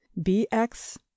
bx